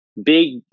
big